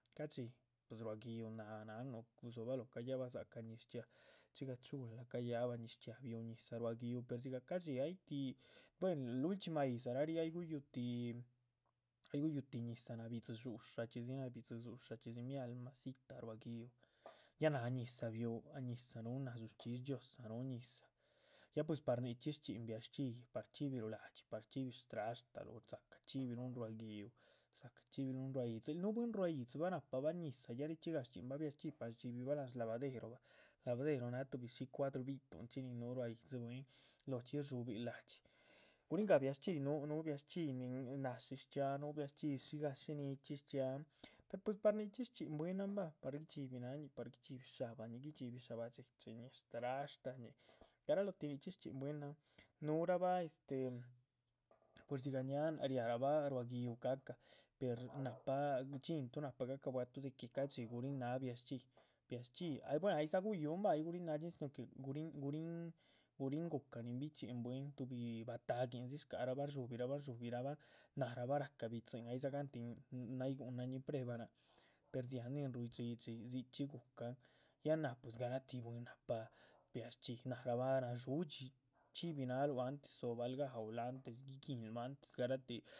Ca´dxi pues ruá gi´uh náh gueduh gudzobaloh, cayabah dza´cah ñiz chxíaa, dzigah chula cayahba ñiz chxíaa, biúh ñizah ruá gi´uh, per. dzigah ca´dxi ay tih, buehen lulchxima yídza ríh ay guyúh tíh, guyúh tíh ñizah, nabidzi súsha chxídzi, nabidzi súsha chxídzi, milamacita ruá gi´uh. ya náh ah ñizah biúh, ah ñizah núh náh, dzush chxísh dhxiózaa, núh ñizah ya pues par nichxí shchxíhin biac shchxíhyi, par chxíbiluh la´dxi, par chxíbi. ahtrashtaluh, o dza´cah chxíbiluh ruá gi´uh, dza´cah chxíbiluhn ruá yídzi luh, núh bwín ruá yídzibah náhpabah ñizah ya richxí gahca shchxinbah biac shchxíhyi. para shdxibihbah láhan shlavaderobah, lavadero náh tuhbi shí cuadrun bituhunchxí nin núhu ruá yídzi bwín lóchxi shdxubil la´dxi gurihin gáh biac shchxíhyi núh biac shchxíhyi. nin náshi shchxiáha núh biac shchxíhyi dxigah shí níhichxi shchxiáhan per puis par nichxí shchxíhin bwínahn bah, par guidxibi náhñih, par guidxibi sha´bahñih,. guidxibi sha´bah dxichiñih, trashtañih, garaloh ti nichxí shchxín bwín, núhurabha este, puis dzigah ñáhan riahrabah ruá giúh cahca per náhpa gunth náhpa gaca bua´tuh. de que ca´dxi guríh náha biac shchxíhyi, biac shchxíhyi buen aydza guyúhun, ay guríhn náhadxín si no que guríhn, guríhn gu´ca nin bichxín bwín bi batahguindzi shcarabah. rdshubirahba, rdshubirahba, náhrabah ra´cah i´dzin aydza gáhantin, nay dza gunahanñihn prebah per dzíahn nin rui dhxídxi dzichxí gu´cahn ya náh puis garatíh bwín nahpa. biac shchxíhyi nahrabah nadxúdxi chxíbih náahaluh antes dzobal gaúluh, antes giguinluh antes garatíh